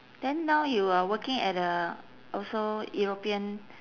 then now you are working at a also european